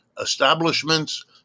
establishments